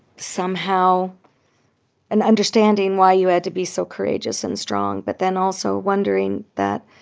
somehow an understanding why you had to be so courageous and strong, but then also wondering that